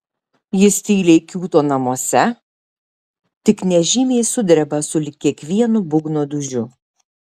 jis tyliai kiūto namuose tik nežymiai sudreba sulig kiekvienu būgno dūžiu